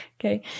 Okay